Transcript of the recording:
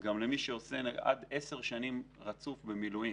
גם למי שעושה עד 10 שנים רצוף מילואים